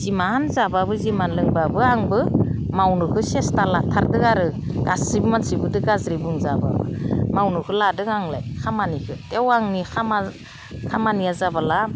जिमान जाबाबो जिमान लोंबाबो आंबो मावनोखौ सेस्था लाथारगोन आरो गासैबो मानसिखौथ' गाज्रि बुंजाबा मावनोखौ लादों आंलाय खामानिखौ थेव आंनि खामानिया जाबोला